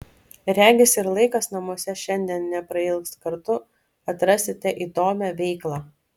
regis ir laikas namuose šiandien neprailgs kartu atrasite įdomią veiklą